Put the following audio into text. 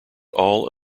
all